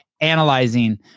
analyzing